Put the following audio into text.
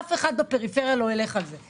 אף אחד בפריפריה לא ילך על זה.